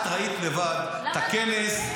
את ראית לבד בכנס,